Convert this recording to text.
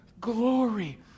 glory